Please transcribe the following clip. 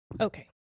Okay